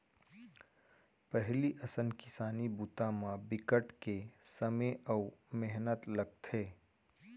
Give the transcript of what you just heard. पहिली असन किसानी बूता म बिकट के समे अउ मेहनत लगथे